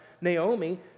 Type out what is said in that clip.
Naomi